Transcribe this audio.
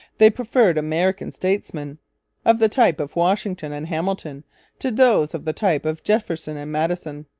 they preferred american statesmen of the type of washington and hamilton to those of the type of jefferson and madison.